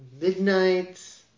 Midnight